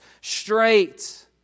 straight